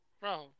Bro